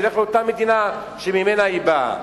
שילך לאותה מדינה שממנה היא באה.